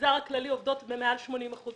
במגזר הכללי עובדות במעל 80 אחוזים.